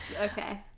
Okay